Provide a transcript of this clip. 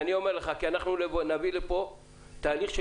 אני אומר לך שאנחנו נביא לפה תהליך של